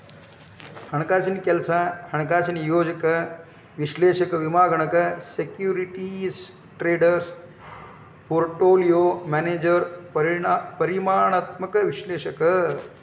ಹಣಕಾಸಿನ್ ಕೆಲ್ಸ ಹಣಕಾಸಿನ ಯೋಜಕ ವಿಶ್ಲೇಷಕ ವಿಮಾಗಣಕ ಸೆಕ್ಯೂರಿಟೇಸ್ ಟ್ರೇಡರ್ ಪೋರ್ಟ್ಪೋಲಿಯೋ ಮ್ಯಾನೇಜರ್ ಪರಿಮಾಣಾತ್ಮಕ ವಿಶ್ಲೇಷಕ